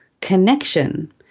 connection